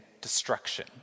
destruction